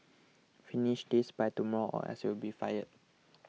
finish this by tomorrow or else you'll be fired